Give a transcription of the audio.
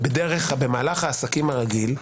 במהלך העסקים הרגיל,